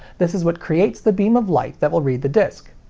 this is what creates the beam of light that will read the disc.